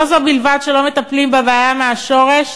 לא זו בלבד שלא מטפלים בבעיה מהשורש,